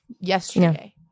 yesterday